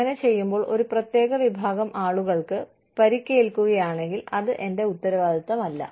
അങ്ങനെ ചെയ്യുമ്പോൾ ഒരു പ്രത്യേക വിഭാഗം ആളുകൾക്ക് പരിക്കേൽക്കുകയാണെങ്കിൽ അത് എന്റെ ഉത്തരവാദിത്തമല്ല